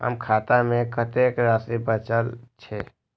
हमर खाता में कतेक राशि बचल छे?